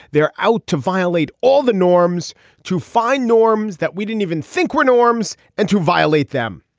they're out to violate all the norms to find norms that we didn't even think were norms and to violate them.